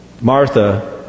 Martha